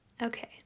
Okay